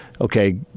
Okay